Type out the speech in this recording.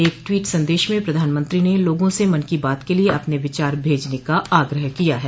एक ट्वीट संदेश में प्रधानमंत्री ने लोगों से मन की बात के लिए अपने विचार भेजने का आग्रह किया है